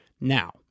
now